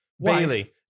Bailey